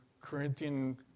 Corinthian